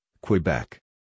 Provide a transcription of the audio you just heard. Quebec